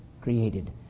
created